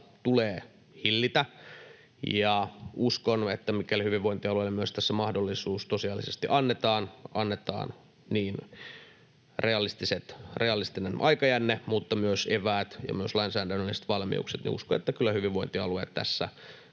tulee hillitä. Mikäli hyvinvointialueille tässä myös mahdollisuus tosiasiallisesti annetaan — annetaan niin realistinen aikajänne kuin myös eväät ja myös lainsäädännölliset valmiudet — niin uskon, että kyllä hyvinvointialueet tässä